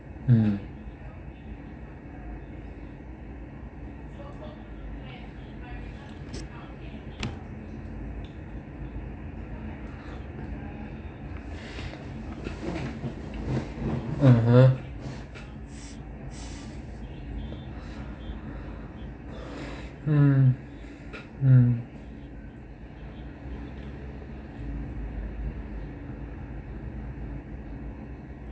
mm (uh huh) mm mm